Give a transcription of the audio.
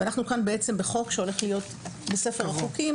ואנחנו כאן בחוק שהולך להיות בספר החוקים,